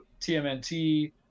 TMNT